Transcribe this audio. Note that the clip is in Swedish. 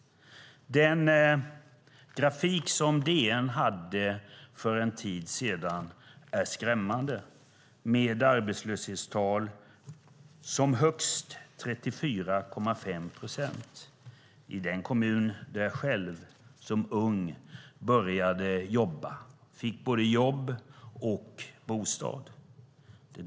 Den grafik som DN publicerade för en tid sedan är skrämmande med arbetslöshetstal på som högst 34,5 procent i den kommun där jag själv som ung började jobba och fick både jobb och bostad.